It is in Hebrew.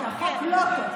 כן, שהחוק לא טוב.